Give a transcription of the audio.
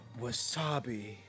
wasabi